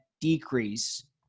decrease